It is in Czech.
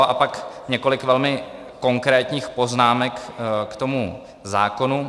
A pak několik velmi konkrétních poznámek k tomu zákonu.